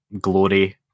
glory